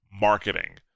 marketing